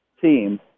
team